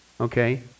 okay